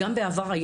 גם בעבר,